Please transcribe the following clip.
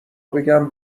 بگم